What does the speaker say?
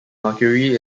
mercury